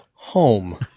home